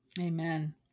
Amen